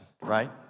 right